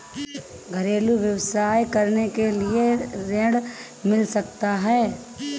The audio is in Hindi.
घरेलू व्यवसाय करने के लिए ऋण मिल सकता है?